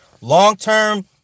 Long-term